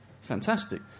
fantastic